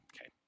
okay